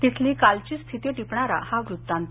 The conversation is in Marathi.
तिथली कालची स्थिती टिपणारा हा वृत्तांत